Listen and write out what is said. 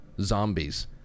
zombies